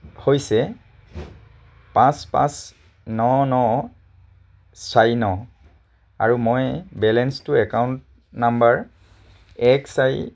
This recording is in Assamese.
হৈছে পাঁচ পাঁচ ন ন চাৰি ন আৰু মই বেলেন্সটো একাউণ্ট নাম্বাৰ এক চাৰি